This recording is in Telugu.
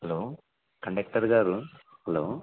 హలో కండక్టర్ గారు హలో